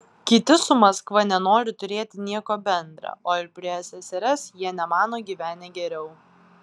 kiti su maskva nenori turėti nieko bendra o ir prie ssrs jie nemano gyvenę geriau